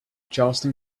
charleston